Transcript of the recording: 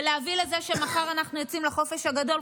ולהביא לזה שמחר אנחנו יוצאים לחופש הגדול,